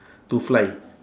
to fly